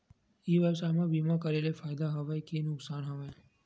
ई व्यवसाय म बीमा करे ले फ़ायदा हवय के नुकसान हवय?